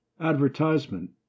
advertisement